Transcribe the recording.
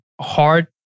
hard